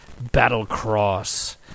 Battlecross